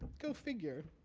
go figure.